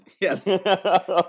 Yes